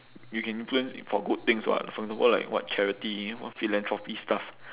you can influence for good things [what] for example like what charity what philanthropy stuff